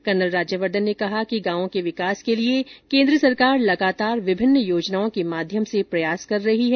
colonel Rajyavardhan ने कहा कि गांवों के विकास के लिए केन्द्र सरकार लगातार विभिन्न योजनओं के माध्यम से प्रयास कर रही है